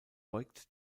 beugt